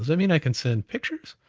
that mean i can send pictures?